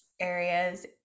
areas